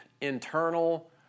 internal